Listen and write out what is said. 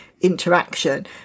interaction